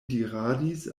diradis